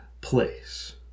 place